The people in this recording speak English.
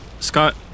Scott